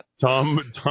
Tom